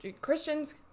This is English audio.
Christians